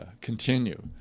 continue